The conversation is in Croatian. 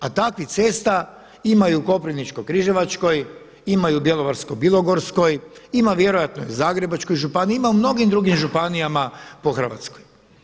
A takvih cesta imaju u Koprivničko-križevačkoj, ima i u Bjelovarsko-bilogorskoj, ima vjerojatno i u Zagrebačkoj županiji, ima u mnogim drugim županijama po Hrvatskoj.